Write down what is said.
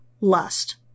lust